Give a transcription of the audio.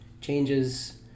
changes